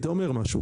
זה אומר משהו.